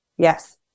Yes